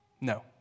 No